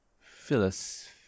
Phyllis